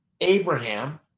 Abraham